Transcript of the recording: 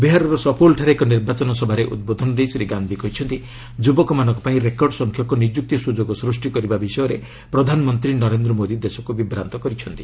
ବିହାରର ସପଉଲ୍ଠାରେ ଏକ ନିର୍ବାଚନ ସଭାରେ ଉଦ୍ବୋଧନ ଦେଇ ଶ୍ରୀ ଗାନ୍ଧି କହିଛନ୍ତି ଯୁବକମାନଙ୍କ ପାଇଁ ରେକର୍ଡ ସଂଖ୍ୟକ ନିଯୁକ୍ତି ସୁଯୋଗ ସୃଷ୍ଟି କରିବା ବିଷୟରେ ପ୍ରଧାନମନ୍ତ୍ରୀ ନରେନ୍ଦ୍ର ମୋଦି ଦେଶକୁ ବିଭ୍ରାନ୍ତ କରିଛନ୍ତି